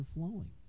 overflowing